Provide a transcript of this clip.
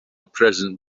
present